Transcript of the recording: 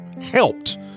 helped